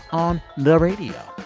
on the radio.